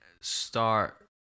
start